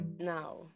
Now